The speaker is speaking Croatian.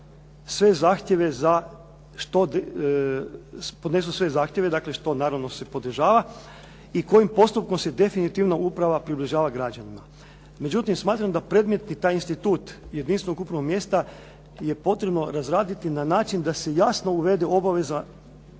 upravno mjestu podnesu sve zahtjeve što naravno se podržava i kojim postupkom se definitivno uprava približava građanima. Međutim, smatram da predmetni taj institut jedinstvenog upravnog mjesta je potrebno razraditi na način da se jasno uvede obaveza